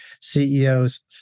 CEOs